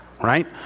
right